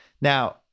Now